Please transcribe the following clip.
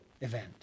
event